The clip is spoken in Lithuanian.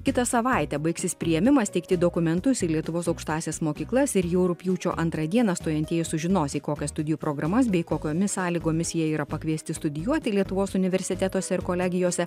kitą savaitę baigsis priėmimas teikti dokumentus į lietuvos aukštąsias mokyklas ir jau rugpjūčio antrą dieną stojantieji sužinos į kokias studijų programas bei kokiomis sąlygomis jie yra pakviesti studijuoti lietuvos universitetuose ir kolegijose